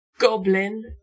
Goblin